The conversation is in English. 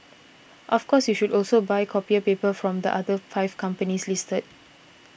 of course you should also buy copier paper from the other five companies listed